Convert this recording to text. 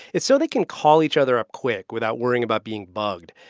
it's so they can call each other up quick without worrying about being bugged.